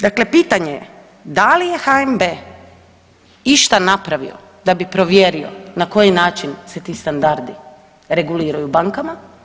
Dakle, pitanje je da li je HNB išta napravio da bi provjerio na koji način se ti standardi reguliraju bankama?